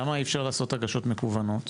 למה אי אפשר לעשות הגשות מקוונות?